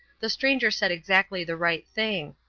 the stranger said exactly the right thing.